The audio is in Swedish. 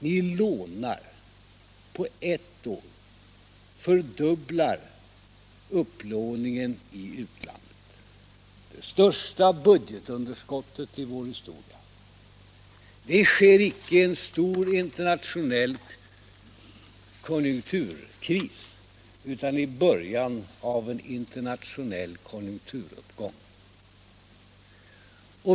Ni fördubblar på ett år upplåningen i utlandet och skapar det största budgetunderskottet i vår historia. Det sker icke i en stor internationell konjunkturkris utan i början av en internationell konjunkturuppgång.